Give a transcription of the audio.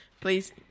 Please